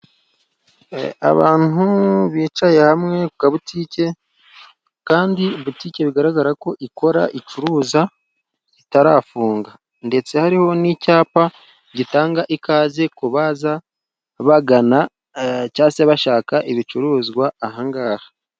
Abantu bicaye hamwe ku ka butike, kandi butike bigaragara ko ikora icuruza itarafunga. Ndetse hariho n'icyapa gitanga ikaze kubaza bagana, cyangwa se bashaka ibicuruzwa aha ngaha.